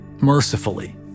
mercifully